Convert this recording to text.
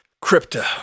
crypto